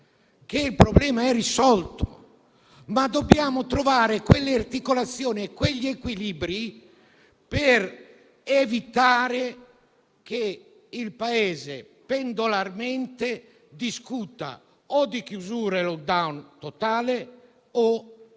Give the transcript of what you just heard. il problema è risolto; dobbiamo invece trovare quelle articolazioni e quegli equilibri per evitare che il Paese "pendolarmente" discuta di chiusure e di *lockdown* totale o di liberi